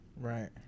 Right